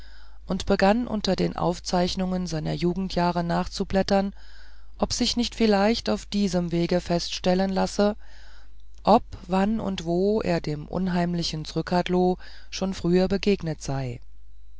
und begann unter den aufzeichnungen seiner jugendjahre nachzublättern ob sich nicht vielleicht auf diesem wege feststellen lasse ob wann und wo er dem unheimlichen zrcadlo schon früher begegnet sei